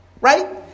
Right